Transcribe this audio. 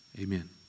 Amen